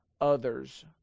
others